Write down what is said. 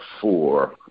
four